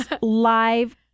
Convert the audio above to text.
live